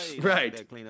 Right